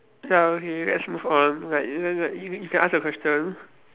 ya okay let's move on like you can like you you can ask your question